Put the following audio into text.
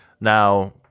Now